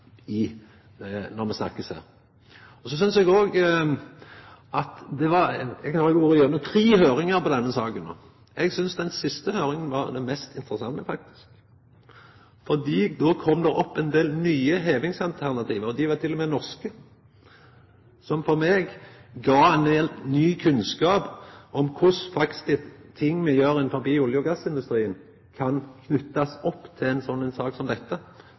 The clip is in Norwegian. når me snakkar her. Eg har vore igjennom tre høringar om denne saken no. Eg synest at den siste høringa var den mest interessante, faktisk, for då kom det opp ein del nye hevingsalternativ – dei var til og med norske – som for meg gav ein del ny kunnskap om korleis ting me gjer innan olje- og gassindustrien, kan knytast opp til ei slik sak som dette,